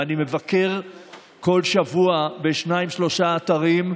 אני מבקר כל שבוע בשניים-שלושה אתרים,